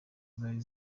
zari